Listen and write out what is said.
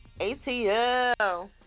ATL